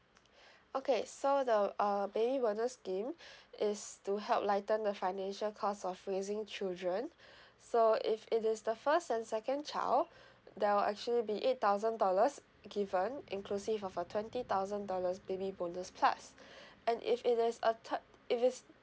okay so the uh baby bonus scheme is to help lighten the financial cost of raising children so if it is the first and second child there will actually be eight thousand dollars given inclusive of a twenty thousand dollars baby bonus plus and if it is a third if it's